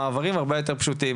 המעברים הרבה יותר פשוטים,